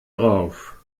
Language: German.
drauf